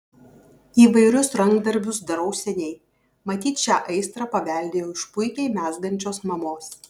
įvairius rankdarbius darau seniai matyt šią aistrą paveldėjau iš puikiai mezgančios mamos